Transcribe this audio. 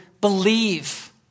believe